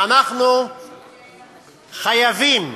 ואנחנו חייבים,